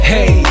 Hey